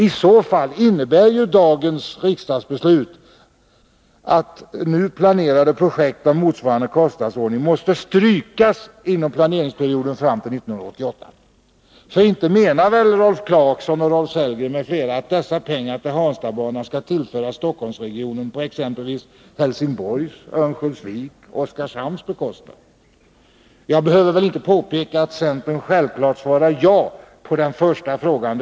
I så fall innebär dagens riksdagsbeslut att nu planerade projekt av motsvarande storleksordning när det gäller kostnaderna måste strykas inom planeringsperioden fram till 1988. För inte menar väl Rolf Clarkson och Rolf Sellgren m.fl. att dessa pengar till Hanstabanan skall tillföras Stockholmsregionen på exempelvis Helsingborgs, Örnsköldsviks eller Oskarshamns bekostnad? Jag behöver väl inte påpeka att centern självfallet svarar ja på den första frågan.